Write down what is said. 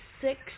six